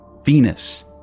Venus